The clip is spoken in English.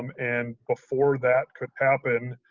um and before that could happen,